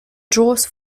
draws